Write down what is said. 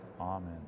amen